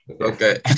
okay